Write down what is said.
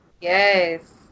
Yes